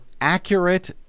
accurate